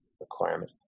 requirement